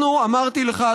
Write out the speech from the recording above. אמרתי לך,